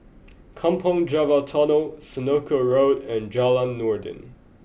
Kampong Java Tunnel Senoko Road and Jalan Noordin